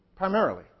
Primarily